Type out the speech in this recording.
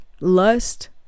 lust